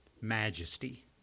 majesty